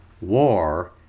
war